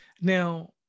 Now